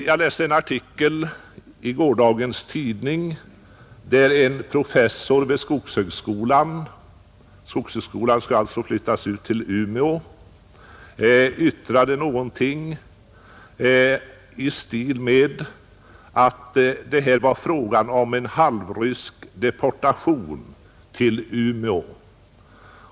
Jag läste i gårdagens tidning en artikel där en professor vid skogshögskolan — den skall alltså flyttas till Umeå — yttrade någonting om att det här var fråga om en halvrysk deportation till Umeå.